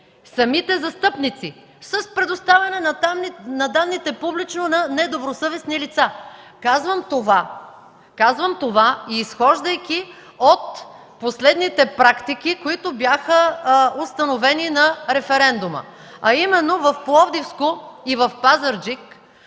самите застъпници с предоставяне на данните публично на недобросъвестни лица. Казвам това, изхождайки от последните практики, които бяха установени на референдума. В Пловдивско и в Пазарджик